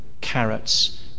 carrots